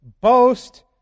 Boast